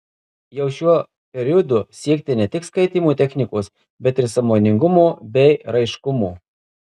jau šiuo periodu siekti ne tik skaitymo technikos bet ir sąmoningumo bei raiškumo